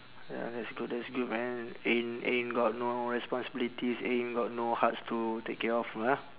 ya that's good that's good man ain't ain't got no responsibilities ain't got no hearts to take care of ah